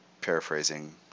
paraphrasing